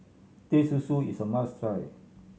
Teh Susu is a must try